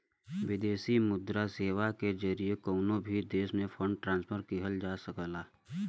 विदेशी मुद्रा सेवा के जरिए कउनो भी देश में फंड ट्रांसफर किहल जा सकला